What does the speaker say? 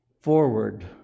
forward